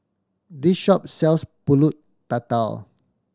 this shop sells Pulut Tatal